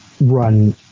run